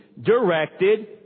directed